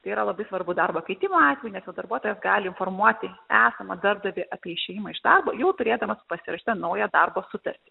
tai yra labai svarbu darbo keitimo atveju nes jau darbuotojas gali informuoti esamą darbdavį apie išėjimą iš darbo jau turėdamas pasirašytą naują darbo sutartį